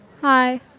Hi